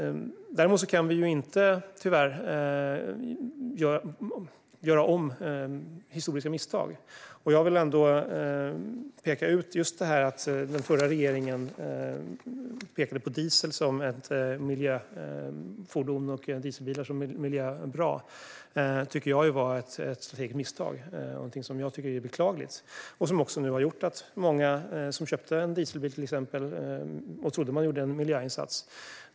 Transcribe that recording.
Däremot kan vi inte göra om historiska misstag. Jag vill ändå påpeka att den förra regeringen pekade ut dieselbilar som miljöfordon. Det tycker jag var ett misstag, och det är beklagligt. Det har också gjort att många som köpte en dieselbil trodde att de gjorde en miljöinsats.